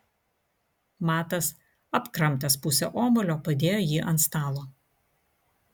matas apkramtęs pusę obuolio padėjo jį ant stalo